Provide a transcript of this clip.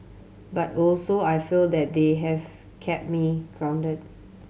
but also I feel that they have kept me grounded